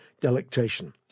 delectation